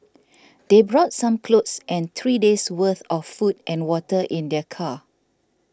they brought some clothes and three days' worth of food and water in their car